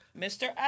Mr